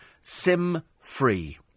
sim-free